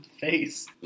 face